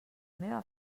meva